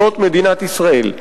זאת מדינת ישראל.